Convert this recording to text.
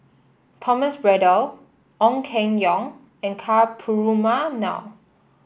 Thomas Braddell Ong Keng Yong and Ka Perumal